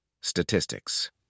statistics